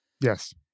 Yes